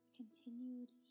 continued